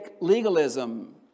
legalism